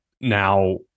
Now